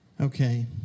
Okay